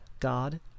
God